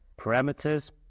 Parameters